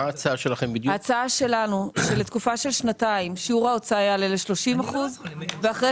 ההצעה שלנו שלתקופה של שנתיים שיעור ההוצאה יעלה ל-30% ואחרי